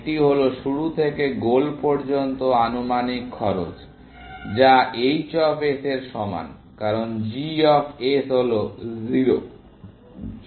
এটি হল শুরু থেকে গোল পর্যন্ত আনুমানিক খরচ যা h অফ s এর সমান কারণ g অফ s হল 0